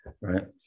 right